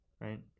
right